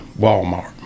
Walmart